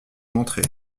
montrer